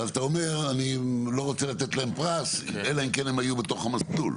ואז אתה אומר שאני לא רוצה לתת להם פרס אלא אם כן הם היו בתוך המסלול.